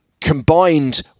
combined